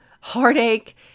heartache